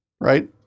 right